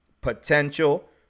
potential